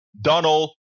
Donald